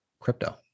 crypto